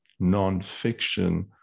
nonfiction